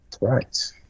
right